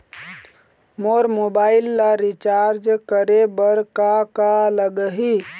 मोर mobile ला recharge करे बर का का लगही?